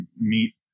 meet